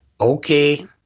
Okay